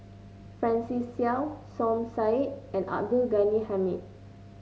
Francis Seow Som Said and Abdul Ghani Hamid